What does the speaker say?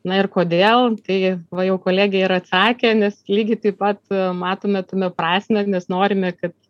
na ir kodėl kai va jau kolegė ir atsakė nes lygiai taip pat matome tame prasmę nes norime kad